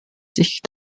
sich